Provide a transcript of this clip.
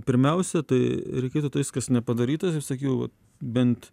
pirmiausia tai reikėtų tais kas nepadarytas ir sakiau vat bent